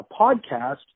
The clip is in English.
podcast